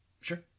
Sure